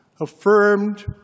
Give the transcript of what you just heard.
affirmed